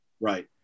right